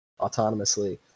autonomously